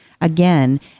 again